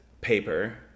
paper